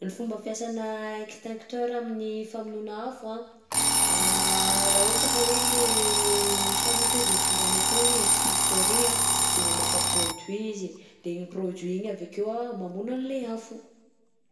Ny fomba fiasana extincteur amin'ny famonoana afo a raha ohatra ka hoe misy afo akeo de tsindrianao fogna i extincteur igny de mamoaka produit izy de igny produit igny avy akeo mamono an'le afo.